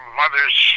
mother's